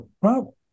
problem